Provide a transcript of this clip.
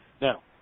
Now